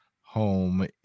home